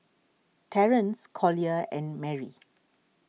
Terrance Collier and Merrie